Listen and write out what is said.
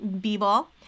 b-ball